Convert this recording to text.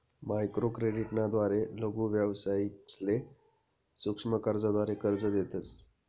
microcredit ना द्वारे लघु व्यावसायिकसले सूक्ष्म कर्जाद्वारे कर्ज देतस